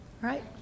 right